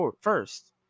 first